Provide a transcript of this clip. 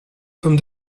pommes